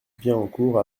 bienencourt